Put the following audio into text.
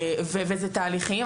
אלה תהליכים,